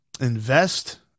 invest